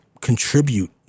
contribute